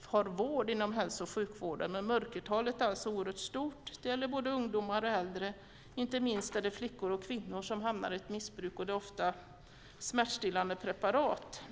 får vård inom hälso och sjukvården. Men mörkertalet är oerhört stort, och det gäller både ungdomar och äldre. Inte minst är det flickor och kvinnor som hamnar i ett missbruk, och det är ofta fråga om smärtstillande preparat.